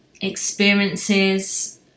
experiences